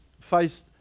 faced